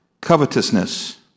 covetousness